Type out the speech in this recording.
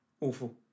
awful